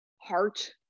heart